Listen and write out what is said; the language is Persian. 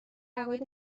عقاید